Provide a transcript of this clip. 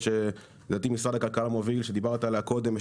שלדעתי משרד הכלכלה מוביל שדיברת עליה קודם,